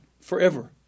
forever